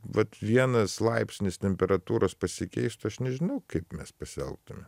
vat vienas laipsnis temperatūros pasikeistų aš nežinau kaip mes pasielgtume